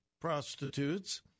prostitutes